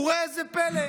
וראה זה פלא,